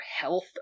health